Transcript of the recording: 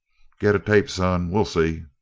get a tape, son. we'll see.